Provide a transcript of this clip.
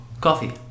Coffee